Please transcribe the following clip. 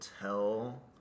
tell